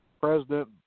president